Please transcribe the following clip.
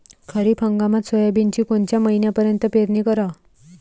खरीप हंगामात सोयाबीनची कोनच्या महिन्यापर्यंत पेरनी कराव?